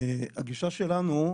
הגישה שלנו,